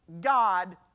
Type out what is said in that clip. God